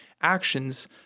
actions